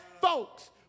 folks